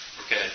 Okay